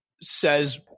says